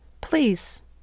please